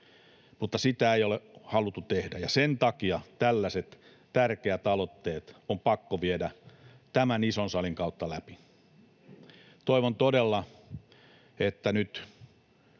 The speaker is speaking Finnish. mutta sitä ei ole haluttu tehdä. Sen takia tällaiset tärkeät aloitteet on pakko viedä tämän ison salin kautta läpi. Toivon todella, että nyt